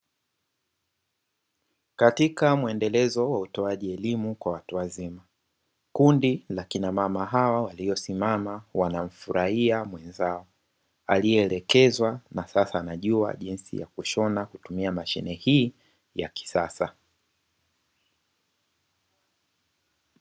Katika muendelezo wa utoaji elimu kwa watu wazima kundi la kina mama hawa walio simamaa wanamfurahia mwenzao aliyeelekezwa na sasa anajua namna yakutumia mashine hii yakisasa.